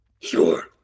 Sure